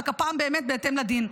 רק הפעם באמת בהתאם לדין,